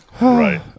Right